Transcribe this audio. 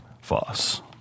Foss